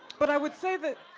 but i would say that,